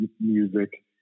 music